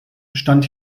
stand